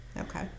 Okay